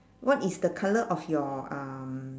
what is the colour of your um